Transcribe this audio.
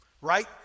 Right